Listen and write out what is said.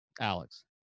Alex